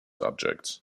objects